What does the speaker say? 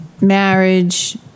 marriage